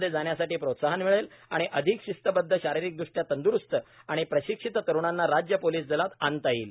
मध्ये जाण्यासाठी प्रोत्साहन मिळेल आणि अधिक शिस्तबदध शारीरिकदृष्ट्या तंदुरुस्त आणि प्रशिक्षित तरुणांना राज्य पोलिस दलात आणता येईल